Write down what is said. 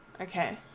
Okay